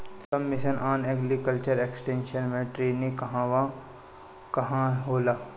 सब mission on agriculture extension मै टेरेनीं कहवा कहा होला?